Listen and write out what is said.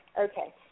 Okay